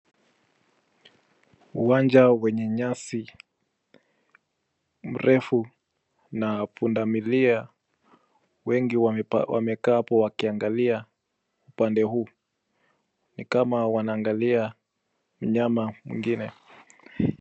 Uwanja wenye nyasi mrefu na pundamilia wengi wamekaa hapo wakiangalia upande huu, ni kama wanaangalia mnyama mwingine.